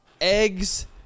eggs